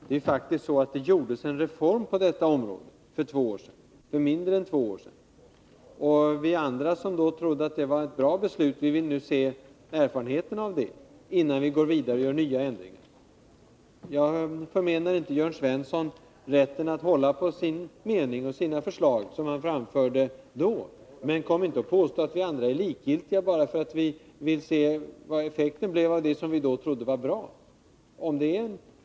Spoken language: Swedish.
Det är faktiskt så att det genomfördes en reform på detta område för mindre än två år sedan. Vi som trodde att det var ett bra beslut vill nu se erfarenheterna av det, innan vi går vidare eller gör några ändringar. Jag förmenar inte Jörn Svensson rätten att hålla på sin mening och de förslag som han framförde då, men kom inte och påstå att vi andra är likgiltiga bara för att vi vill se effekten av det som vi då trodde var bra!